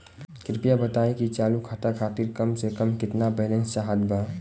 कृपया बताई कि चालू खाता खातिर कम से कम केतना बैलैंस चाहत बा